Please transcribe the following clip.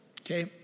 Okay